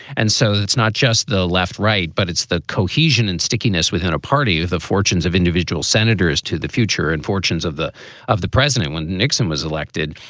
and so it's not just the left right, but it's the cohesion and stickiness within a party. the fortunes of individual senators to the future and fortunes of the of the president when nixon was elected.